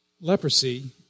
Leprosy